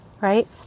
right